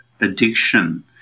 addiction